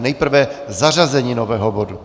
Nejprve zařazení nového bodu.